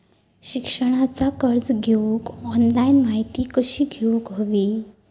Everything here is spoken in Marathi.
शिक्षणाचा कर्ज घेऊक ऑनलाइन माहिती कशी घेऊक हवी?